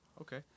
Okay